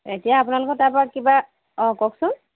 এতিয়া আপোনালোকৰ তাৰ পৰা কিবা অঁ কওকচোন